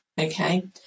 okay